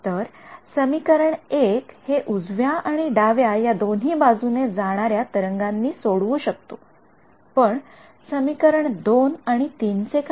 तर समीकरण १ हे उजव्या आणि डाव्या या दोन्ही बाजूने जाणाऱ्या तरंगांनी सोडवू शकतो पण समीकरण २ आणि समीकरण ३ चे काय